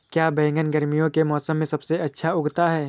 क्या बैगन गर्मियों के मौसम में सबसे अच्छा उगता है?